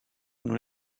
nun